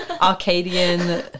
Arcadian